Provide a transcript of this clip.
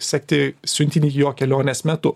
sekti siuntinį jo kelionės metu